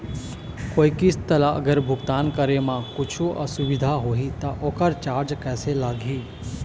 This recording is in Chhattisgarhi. कोई किस्त ला अगर भुगतान करे म कुछू असुविधा होही त ओकर चार्ज कैसे लगी?